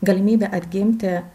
galimybė atgimti